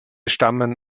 stammen